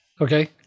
Okay